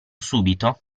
subito